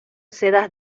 sedas